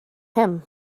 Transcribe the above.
him